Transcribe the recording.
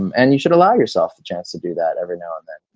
um and you should allow yourself the chance to do that every now and then.